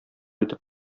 итеп